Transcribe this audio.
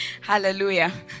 hallelujah